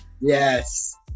Yes